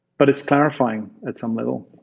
but it's clarifying at some level.